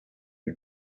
who